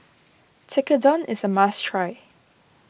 Tekkadon is a must try